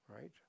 Right